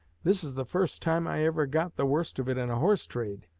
this is the first time i ever got the worst of it in a horse-trade!